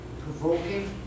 provoking